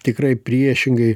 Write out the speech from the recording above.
tikrai priešingai